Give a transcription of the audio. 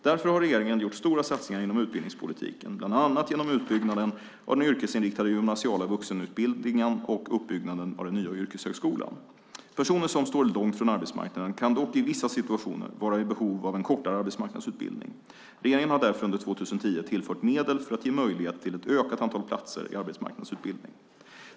Därför har regeringen gjort stora satsningar inom utbildningspolitiken, bland annat genom utbyggnaden av den yrkesinriktade gymnasiala vuxenutbildningen och uppbyggnaden av den nya yrkeshögskolan. Personer som står långt från arbetsmarknaden kan dock i vissa situationer vara i behov av en kortare arbetsmarknadsutbildning. Regeringen har därför under 2010 tillfört medel för att ge möjlighet till ett ökat antal platser i arbetsmarknadsutbildning.